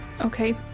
Okay